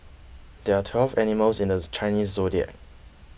there are twelve animals in this Chinese zodiac